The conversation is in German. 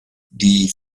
die